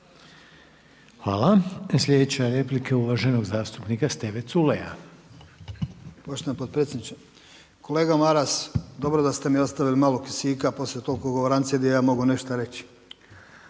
Hvala. Sljedeća replika je uvaženog zastupnika Steve Culeja. **Culej, Stevo (HDZ)** Poštovani potpredsjedniče. Kolega Maras, dobro da ste mi ostavili malo kisika poslije toliko govorancije da i ja mogu nešto reći.